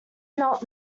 not